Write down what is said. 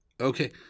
Okay